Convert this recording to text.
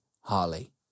Harley